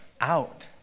out